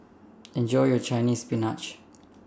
Enjoy your Chinese Spinach